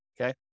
Okay